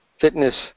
Fitness